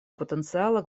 потенциала